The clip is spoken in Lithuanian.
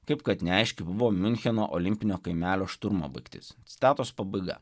kaip kad neaiški buvo miuncheno olimpinio kaimelio šturmo baigtis citatos pabaiga